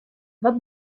wat